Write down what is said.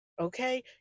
okay